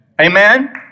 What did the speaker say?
Amen